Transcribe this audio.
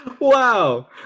wow